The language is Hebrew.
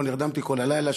לא נרדמתי כל הלילה,